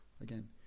Again